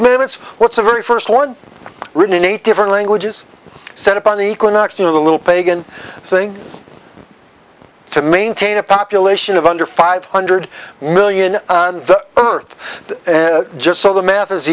commandments what's the very first one written in eight different languages set up on the equinox in a little pagan thing to maintain a population of under five hundred million the earth just so the math is